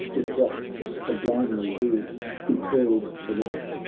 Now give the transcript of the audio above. with rocks sub limely reared, he hurled the wretch,